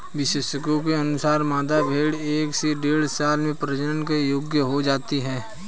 विशेषज्ञों के अनुसार, मादा भेंड़ एक से डेढ़ साल में प्रजनन के योग्य हो जाती है